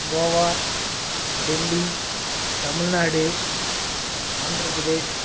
Goa Delhi Tamil Nadu Andhra Pradesh